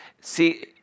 See